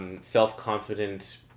self-confident